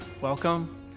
welcome